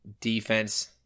defense